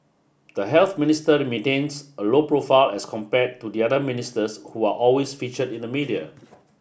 the Health Minister maintains a low profile as compared to the other ministers who are always featured in the media